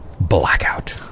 Blackout